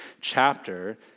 chapter